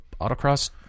autocross